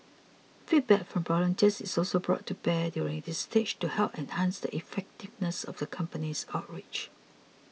feedback from volunteers is also brought to bear during this stage to help enhance the effectiveness of the company's outreach